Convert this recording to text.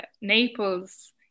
Naples